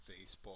Facebook